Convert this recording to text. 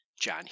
John